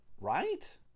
Right